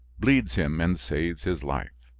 bleeds him and saves his life.